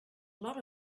lot